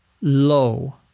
Low